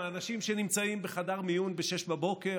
האנשים שנמצאים בחדר מיון ב-06:00,